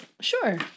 Sure